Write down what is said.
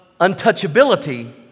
untouchability